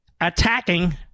attacking